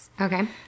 Okay